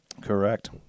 correct